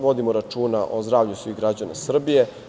Vodimo računa o zdravlju svih građana Srbije.